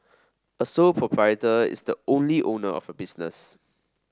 a sole proprietor is the only owner of a business